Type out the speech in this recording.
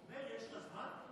יש לך זמן?